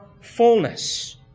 fullness